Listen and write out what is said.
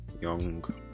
Young